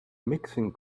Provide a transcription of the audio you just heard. mixing